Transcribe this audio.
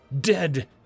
dead